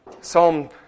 Psalm